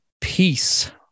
Peace